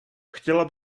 chtěla